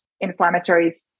inflammatory